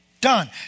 done